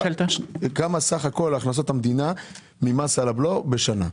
כמה סך הכול הכנסות המדינה ממס על הבלו בשנה?